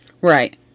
Right